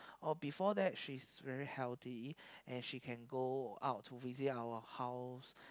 or before that she's very healthy and she can go out to visit our house